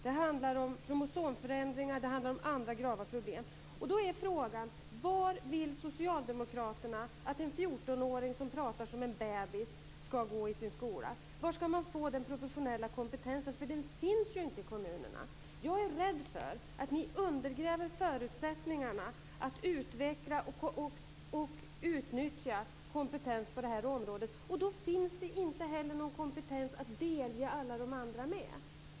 Det handlar om kromosomförändringar och andra grava problem. Då är frågan: Var vill Socialdemokraterna att en fjortonåring som pratar som en bebis ska gå i skola? Var ska man få den professionella kompetensen? Den finns ju inte i kommunerna. Jag är rädd för att ni undergräver förutsättningarna att utveckla och utnyttja kompetens på det här området. Då finns det inte heller någon kompetens att delge alla de andra.